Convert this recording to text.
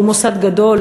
הוא מוסד גדול,